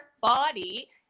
body